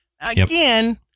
Again